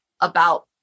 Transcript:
about-